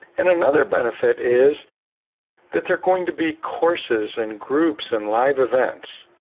and another benefit is that they're going to be courses and groups and live events.